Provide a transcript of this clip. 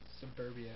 Suburbia